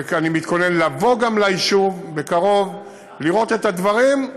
ואני גם מתכונן לבוא ליישוב בקרוב ולראות את הדברים,